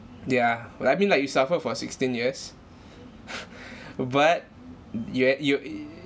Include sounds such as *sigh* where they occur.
yeah well I mean like you suffer for sixteen years *laughs* but yet you err